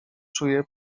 czuje